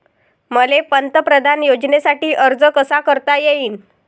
मले पंतप्रधान योजनेसाठी अर्ज कसा कसा करता येईन?